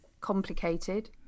complicated